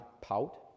pout